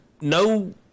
no